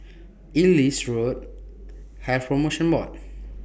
Ellis Road Health promotion Board